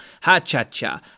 Ha-cha-cha